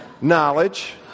knowledge